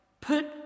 Put